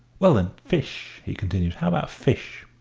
well then, fish? he continued how about fish?